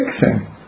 fixing